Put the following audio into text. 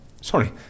Sorry